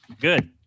Good